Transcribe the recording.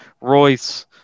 Royce